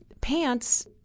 pants